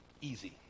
easy